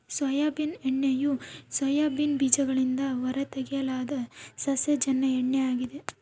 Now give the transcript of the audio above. soybean ಎಣ್ಣೆಯು soybean ಬೀಜಗಳಿಂದ ಹೊರತೆಗೆಯಲಾದ ಸಸ್ಯಜನ್ಯ ಎಣ್ಣೆ ಆಗಿದೆ